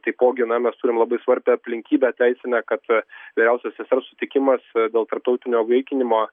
taipogi na mes turim labai svarbią aplinkybę teisinę kad vyriausios sesers sutikimas dėl tarptautinio įvaikinimo